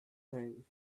time